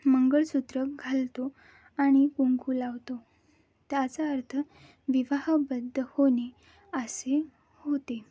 मंगळसूत्र घालतो आणि कुंकू लावतो त्याचा अर्थ विवाहबद्ध होणे असे होते